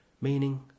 meaning